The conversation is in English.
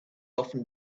often